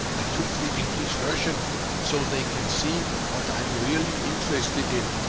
i took the english version so they can see what i'm really interested in.